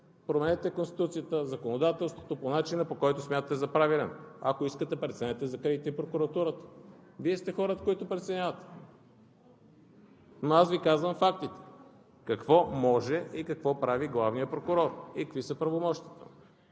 Променете Конституцията, законодателството, по начина, по който смятате за правилен. Ако искате – преценете, и закрийте и прокуратурата. Вие сте хората, които преценявате, но аз Ви казвам фактите какво може, какво прави главният прокурор и какви са му правомощията.